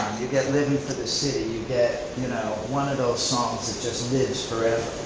you get livin' for the city, you get you know, one of those songs that just lives forever,